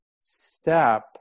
step